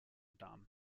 dame